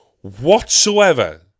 whatsoever